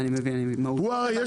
שניה, אני מבין, אני מבין.